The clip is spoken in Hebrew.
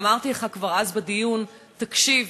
ואמרתי לך כבר אז בדיון: תקשיב,